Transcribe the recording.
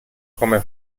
come